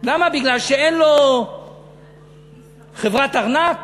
למה, כי אין לו חברת ארנק?